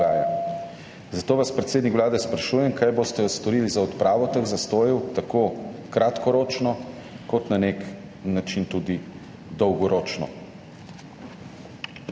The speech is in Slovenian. Zato vas, predsednik Vlade, sprašujem: Kaj boste storili za odpravo teh zastojev, tako kratkoročno kot na neki način tudi dolgoročno?